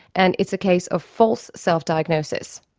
and it's a case of false self-diagnosis.